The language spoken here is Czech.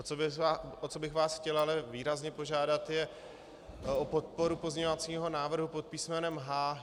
O co bych vás chtěl ale výrazně požádat, je o podporu pozměňovacího návrhu pod písmenem H.